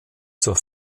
zur